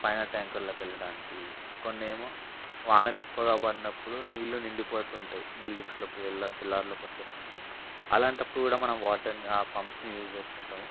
పైన ట్యాంకర్లోకి వెళ్ళడానికి కొన్నేమో వానలు ఎక్కువుగా పడినప్పుడు నీళ్లు నిండిపోతుంటాయి బిల్డింగ్స్లోకి ఎల్లా సెల్లార్లోకి వచ్చేస్తుంటాయి అలాంటప్పుడు కూడా మనం ఆ వాటర్ని పంప్స్ని యూస్ చేస్తూ ఉంటాము